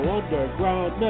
Underground